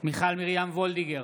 מיכל מרים וולדיגר,